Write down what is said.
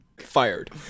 Fired